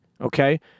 okay